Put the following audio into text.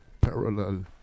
parallel